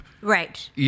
Right